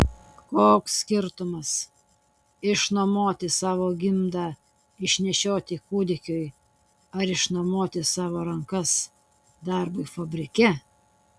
koks skirtumas išnuomoti savo gimdą išnešioti kūdikiui ar išnuomoti savo rankas darbui fabrike